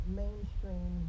mainstream